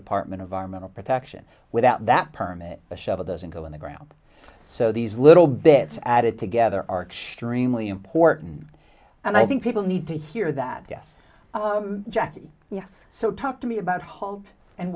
department of our mental protection without that permit the shovel doesn't go in the ground so these little bits added together are extremely important and i think people need to hear that yes jackie yes so talk to me about hall and